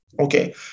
Okay